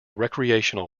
recreational